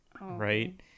Right